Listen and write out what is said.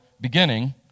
beginning